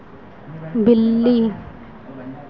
बिल्ली